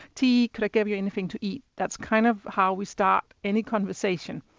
tea? can i give you anything to eat? that's kind of how we start any conversation.